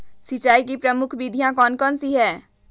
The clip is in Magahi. सिंचाई की प्रमुख विधियां कौन कौन सी है?